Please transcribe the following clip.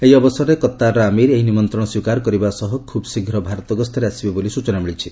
ଏହି ଅବସରରେ କତ୍ତାରର ଆମିର୍ ଏହି ନିମନ୍ତ୍ରଣ ସ୍ୱୀକାର କରିବା ସହ ଖୁବ୍ଶୀଘ୍ର ଭାରତ ଗସ୍ତରେ ଆସିବେ ବୋଲି ସୂଚନା ମିଳିଛି